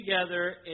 together